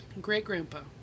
Great-grandpa